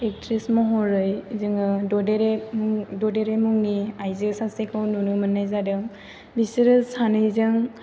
actress महरै जोङो ददेरे मुंनि आइजो सासेखौ नुनो मोननाय जादों बिसोरो सानैजों